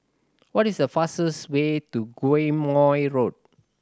what is the fastest way to Quemoy Road